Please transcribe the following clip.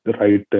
right